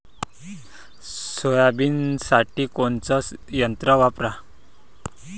सोयाबीनसाठी कोनचं यंत्र वापरा?